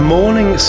Morning